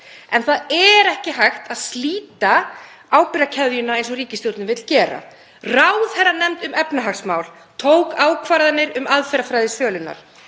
En það er ekki hægt að slíta ábyrgðarkeðjuna, eins og ríkisstjórnin vill gera. Ráðherranefnd um efnahagsmál tók ákvarðanir um aðferðafræði sölunnar.